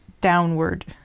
downward